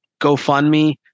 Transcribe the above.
GoFundMe